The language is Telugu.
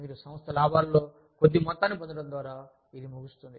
మీరు సంస్థ లాభాలలో కొద్ది మొత్తాన్ని పొందడం ద్వారా ఇది ఇది ముగుస్తుంది